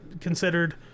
considered